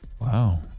Wow